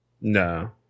No